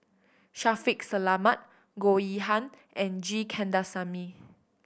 Shaffiq Selamat Goh Yihan and G Kandasamy